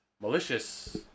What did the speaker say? malicious